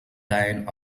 dianne